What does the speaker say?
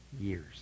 years